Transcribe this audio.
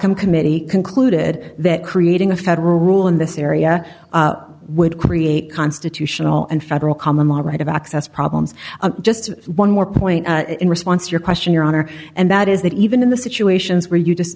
capcom committee concluded that creating a federal rule in this area would create constitutional and federal common law right of access problems just one more point in response to your question your honor and that is that even in the situations where you just